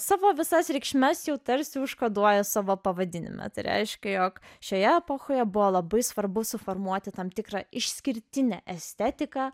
savo visas reikšmes jau tarsi užkoduoja savo pavadinime tai reiškia jog šioje epochoje buvo labai svarbu suformuoti tam tikrą išskirtinę estetiką